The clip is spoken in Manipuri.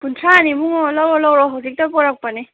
ꯀꯨꯟꯊ꯭ꯔꯥꯅꯦ ꯏꯕꯨꯉꯣ ꯂꯧꯔꯣ ꯂꯧꯔꯣ ꯍꯧꯖꯤꯛꯇ ꯄꯨꯔꯛꯄꯅꯦ